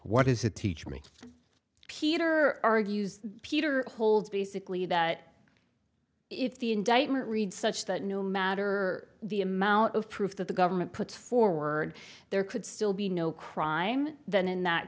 what is it teach me peter argues peter holds basically that if the indictment read such that no matter the amount of proof that the government puts forward there could still be no crime then in that